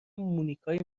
مونیکای